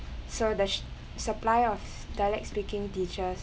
so the s~ supply of dialect speaking teachers